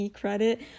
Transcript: credit